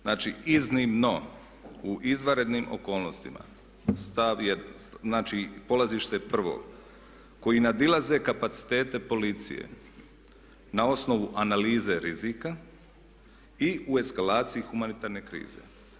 Znači iznimno u izvanrednim okolnostima, stav je, znači polazište je prvo koji nadilaze kapacitete policije na osnovu analize rizika i u eskalaciji humanitarne krize.